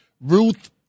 Ruth